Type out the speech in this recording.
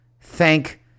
Thank